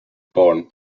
born